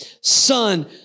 Son